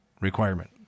requirement